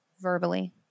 verbally